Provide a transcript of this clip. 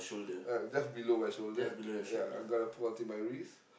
uh just below my shoulder ya I'm gonna put until my wrist